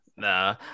Nah